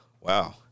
Wow